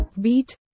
Beat